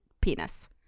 penis